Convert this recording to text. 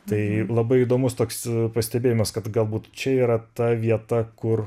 tai labai įdomus toks pastebėjimas kad galbūt čia yra ta vieta kur